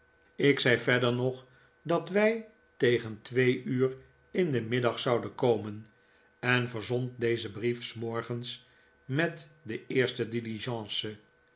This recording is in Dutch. ik zei verder nog dat wij tegen twee uur in den middag zouden komen en verzond dezen brief s morgens met de eerste